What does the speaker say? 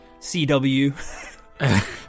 CW